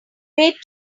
wait